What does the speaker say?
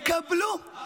קבלו,